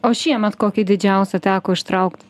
o šiemet kokį didžiausią teko ištraukt